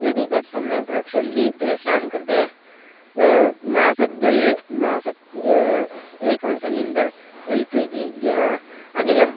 यदि तत् सम्यक् रक्षन्ति तेषां कृते मासद्वये मासात् एकं सिलिण्डर् एल् पी जि ग्या अनिलम्